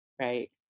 right